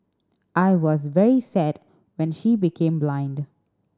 I was very sad when she became blind